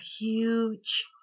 huge